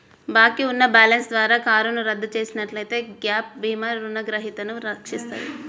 బాకీ ఉన్న బ్యాలెన్స్ ద్వారా కారును రద్దు చేసినట్లయితే గ్యాప్ భీమా రుణగ్రహీతను రక్షిస్తది